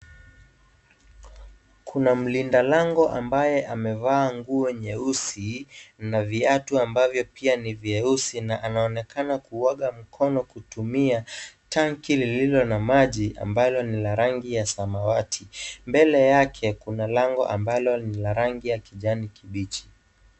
Kuna mlinda lango ambaye amevaa nguo nyeusi na viatu ambavyo pia ni vyeusi na anaonekana kuoga mikono kutumia tanki lililo na maji ambalo lina rangi ya samawati. Mbele yake kuna lango ambalo ni la rangi ya kijani kibichi.